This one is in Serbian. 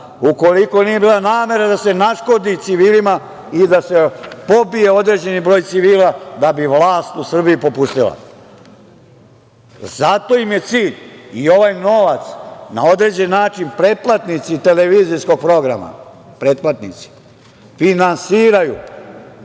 Ukoliko nije bila namera da se naškodi civilima i da se pobije određeni broj civila da bi vlast u Srbiji popustila. Zato im je cilj i ovaj novac na određen način pretplatnici televizijskog programa, pretplatnici, finansiraju